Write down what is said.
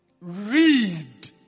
Read